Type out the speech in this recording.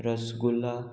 rasgulla